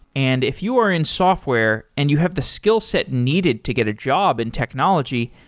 and if you are in software and you have the skillset needed to get a job in technology,